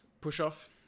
push-off